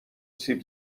سیب